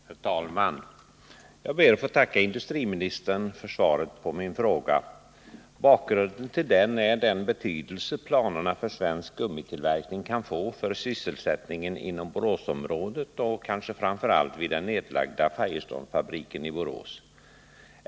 Herr talman! Jag ber att få tacka industriministern för svaret på min fråga. Bakgrunden till frågan är den betydelse planerna för svensk gummitillverkning kan få för sysselsättningen i Boråsområdet och framför allt vid den nedlagda Firestonefabriken i Borås.